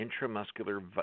Intramuscular